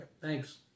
Thanks